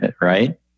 right